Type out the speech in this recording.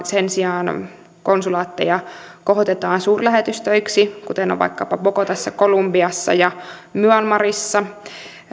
sen sijaan konsulaatteja kohotetaan suurlähetystöiksi kuten on vaikkapa bogotassa kolumbiassa ja myanmarissa